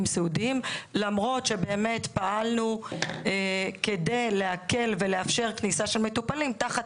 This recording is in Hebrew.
סיעודיים למרות שבאמת פעלנו כדי להקל ולאפשר כניסה של מטופלים תחת